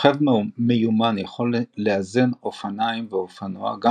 רוכב מיומן יכול לאזן אופניים ואופנוע גם